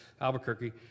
Albuquerque